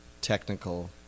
technical